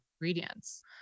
ingredients